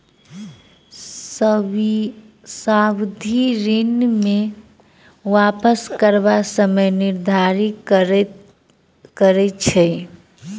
सावधि ऋण मे वापस करबाक समय निर्धारित रहैत छै